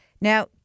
now